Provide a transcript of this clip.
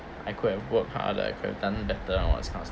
I could have worked harder I could have done better and all that kind of stuff